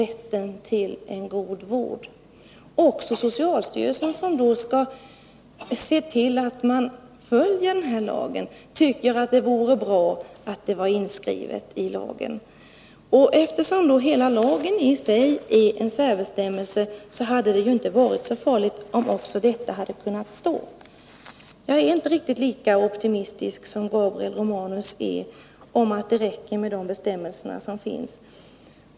Även socialstyrelsen, som skall se till att lagen följs, tycker att det vore bra om bestämmelsen vore inskriven i lagen. Eftersom hela lagen i sig är en särbestämmelse, hade det inte varit så farligt om även detta hade kunnat stå. Jag är inte riktigt lika optimistisk som Gabriel Romanus i tron att det räcker med de bestämmelser som finns.